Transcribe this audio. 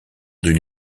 d’une